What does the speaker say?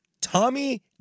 Tommy